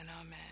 Amen